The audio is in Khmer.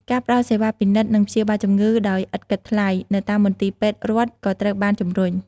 ការផ្តល់សេវាពិនិត្យ និងព្យាបាលជំងឺដោយឥតគិតថ្លៃនៅតាមមន្ទីរពេទ្យរដ្ឋក៏ត្រូវបានជំរុញ។